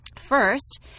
First